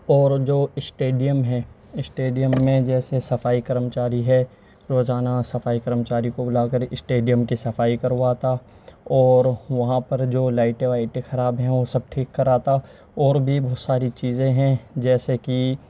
اور جو اسٹیڈیم ہے اسٹیڈیم میں جیسے صفائی کرمچاری ہے روزانہ صفائی کرمچاری کو بلا کر اسٹیڈیم کی صفائی کرواتا اور وہاں پر جو لائٹیں وائٹیں خراب ہیں وہ سب ٹھیک کراتا اور بھی بہت ساری چیزیں ہیں جیسے کہ